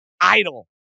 idle